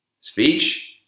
speech